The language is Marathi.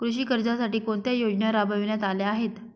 कृषी कर्जासाठी कोणत्या योजना राबविण्यात आल्या आहेत?